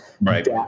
right